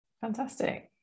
Fantastic